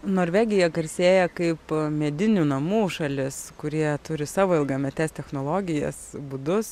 norvegija garsėja kaip medinių namų šalis kurie turi savo ilgametes technologijas būdus